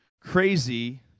crazy